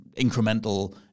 incremental